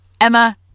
Emma